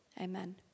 Amen